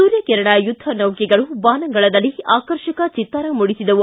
ಸೂರ್ಯಕಿರಣ್ ಯುದ್ದನೌಕೆಗಳು ಬಾನಂಗಳದಲ್ಲಿ ಆಕರ್ಷಕ ಚಿತ್ತಾರ ಮೂಡಿಸಿದವು